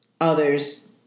others